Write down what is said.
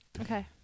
Okay